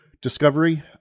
Discovery